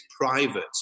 private